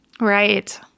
right